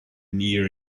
near